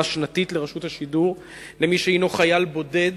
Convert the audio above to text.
שנתית לרשות השידור למי שהינו חייל בודד